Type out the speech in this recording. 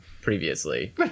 previously